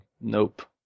Nope